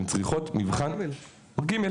הן צריכות מבחן ג'.